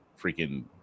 freaking